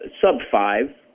sub-five